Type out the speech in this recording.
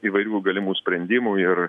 įvairių galimų sprendimų ir